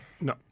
no